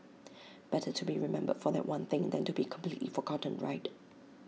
better to be remembered for that one thing than to be completely forgotten right